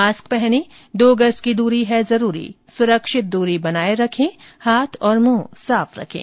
mask पहनें दो गज की दूरी है जरूरी सुरक्षित दूरी बनाए रखें हाथ और मुंह साफ रखें